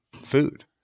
food